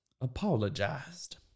Apologized